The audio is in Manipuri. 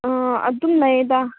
ꯑꯥ ꯑꯗꯨꯝ ꯂꯩꯌꯦꯗ